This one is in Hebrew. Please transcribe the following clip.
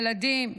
ילדים,